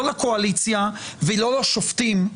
לא לקואליציה ולא לשופטים,